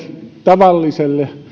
tavalliselle